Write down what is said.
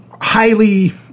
highly